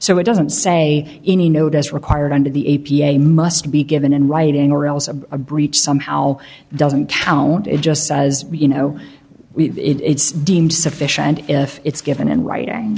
so it doesn't say any note as required under the a p a must be given in writing or else a breach somehow doesn't count it just says you know it's deemed sufficient if it's given in writing